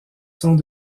sons